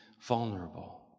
vulnerable